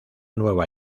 nueva